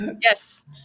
Yes